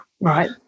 Right